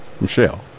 Michelle